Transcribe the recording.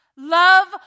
Love